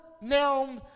now